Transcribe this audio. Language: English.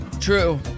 True